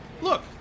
Look